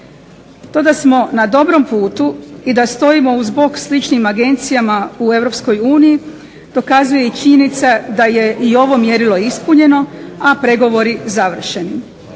To da smo na dobrom putu i da stojimo uz bok sličnim agencijama u EU dokazuje i činjenica da je i ovo mjerilo ispunjeno, a pregovori završeni.